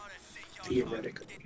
Theoretically